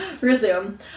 Resume